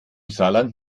saarland